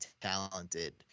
talented